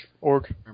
Org